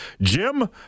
Jim